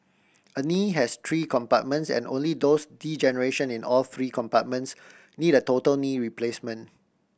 a knee has three compartments and only those degeneration in all three compartments need a total knee replacement